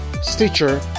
Stitcher